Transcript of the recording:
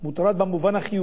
מוטרד במובן החיובי,